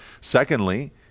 Secondly